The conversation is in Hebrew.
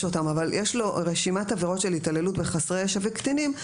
אותם אבל יש לו רשימת עבירות של התעללות בחסרי ישע וקטינים,